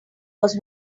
was